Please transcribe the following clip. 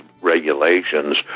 regulations